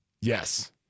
Yes